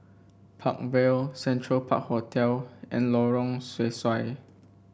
Park Vale Central Park Hotel and Lorong Sesuai